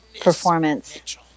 performance